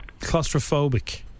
Claustrophobic